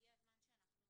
הגיע הזמן שאנחנו